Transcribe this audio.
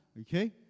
Okay